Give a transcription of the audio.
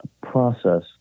process